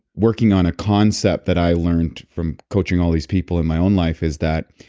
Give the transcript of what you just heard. working on a concept that i learned from coaching all these people and my own life is that,